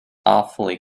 awfully